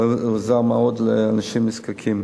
ועזר מאוד לאנשים נזקקים.